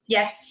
Yes